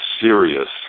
serious